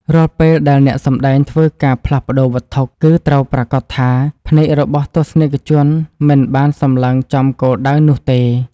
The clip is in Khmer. រាល់ពេលដែលអ្នកសម្តែងធ្វើការផ្លាស់ប្តូរវត្ថុគឺ ត្រូវប្រាកដថាភ្នែករបស់ទស្សនិកជនមិនបានសម្លឹងចំគោលដៅនោះទេ។